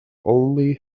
only